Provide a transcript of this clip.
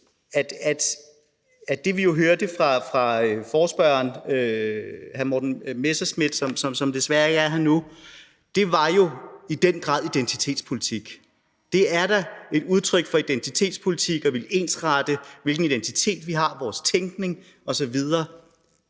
at det, vi jo hørte fra forespørgeren, hr. Morten Messerschmidt, som desværre ikke er her nu, i den grad var identitetspolitik. Det er da et udtryk for identitetspolitik at ville ensrette, hvilken identitet vi har, vores tænkning osv.,